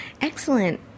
Excellent